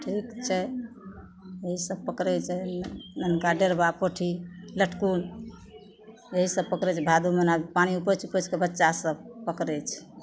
ठीक छै इएहसब पकड़ै छै नेनका डेढ़बा पोठी लटकुन इएहसब पकड़ै छै भादो महिना पानी उपछि उपछिके बच्चासभ पकड़ै छै